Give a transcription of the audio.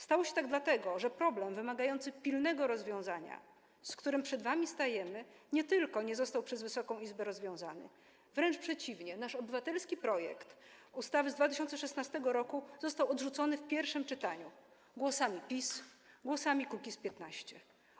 Stało się tak dlatego, że problem wymagający pilnego rozwiązania, z którym przed wami stajemy, nie tylko nie został przez Wysoką Izbę rozwiązany, ale wręcz przeciwnie, nasz obywatelski projekt ustawy z 2016 r. został odrzucony w pierwszym czytaniu głosami PiS, głosami Kukiz’15.